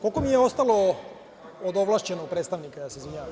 Koliko mi je ostalo od ovlašćenog predstavnika, izvinjavam se?